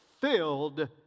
filled